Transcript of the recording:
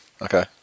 Okay